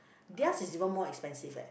theirs is even more expensive leh